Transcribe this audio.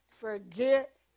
forget